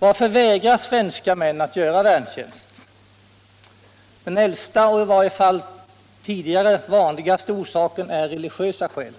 Varför vägrar svenska män att göra värntjänst? Den äldsta och, i varje fall tidigare, vanligaste orsaken är religiösa skäl.